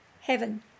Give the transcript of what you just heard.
heaven